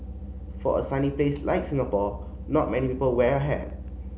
for a sunny place like Singapore not many people wear a hat